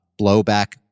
Blowback